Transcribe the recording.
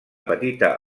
petita